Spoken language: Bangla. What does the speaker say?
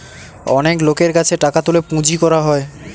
অনেক লোকের কাছে টাকা তুলে পুঁজি করা হয়